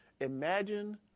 Imagine